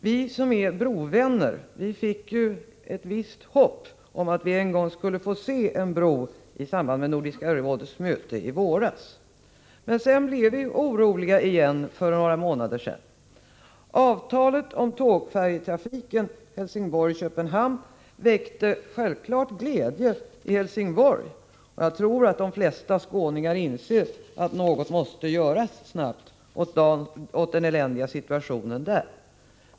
Vi som är brovänner fick i samband med Nordiska rådets möte i våras ett visst hopp om att en gång få se en bro. Men för några månader sedan blev vi oroliga igen. Avtalet om tågfärjetrafiken Helsingborg-Köpenhamn väckte självfallet glädje i Helsingborg, och jag tror att de flesta skåningar inser att något snabbt måste göras åt den eländiga situationen där.